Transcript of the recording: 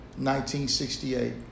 1968